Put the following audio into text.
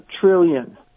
trillion